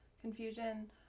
Confusion